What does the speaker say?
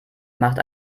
macht